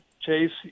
Chase